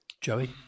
Joey